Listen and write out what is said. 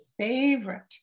favorite